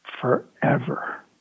forever